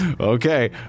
Okay